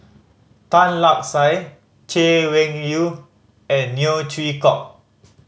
Tan Lark Sye Chay Weng Yew and Neo Chwee Kok